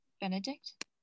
Benedict